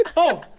and oh